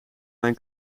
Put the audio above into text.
mijn